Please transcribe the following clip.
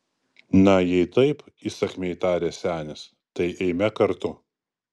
na jei taip įsakmiai tarė senis tai eime kartu